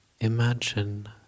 imagine